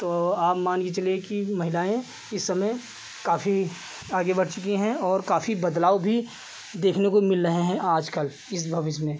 तो आप मानकर चलिए कि महिलाएँ इस समय काफ़ी आगे बढ़ चुकी हैं और काफ़ी बदलाव भी देखने को मिल रहे हैं आजकल इस भविष्य में